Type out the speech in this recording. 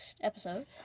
episode